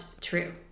true